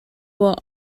will